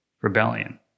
rebellion